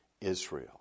Israel